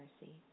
mercy